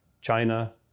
China